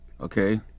Okay